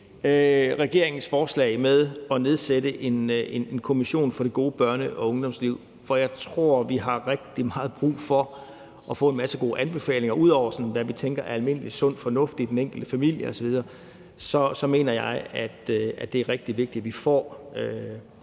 regeringens forslag om at nedsætte en kommission for det gode børne- og ungdomsliv er en god idé. For jeg tror, vi har rigtig meget brug for at få en masse gode anbefalinger. Ud over hvad vi sådan tænker er almindelig sund fornuft i den enkelte familie osv., så mener jeg, at det er rigtig vigtigt, at vi får